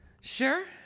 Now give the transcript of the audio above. sure